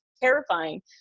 terrifying